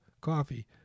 coffee